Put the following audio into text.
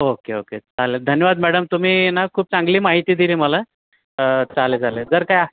okay okay चालेल धन्यवाद madam तुम्ही आहे ना खूप चांगली माहिती दिली मला चालेल चालेल जर काय